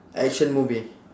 action movie